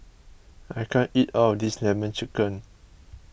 I can't eat all of this Lemon Chicken